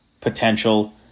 potential